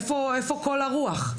איפה כל הרוח?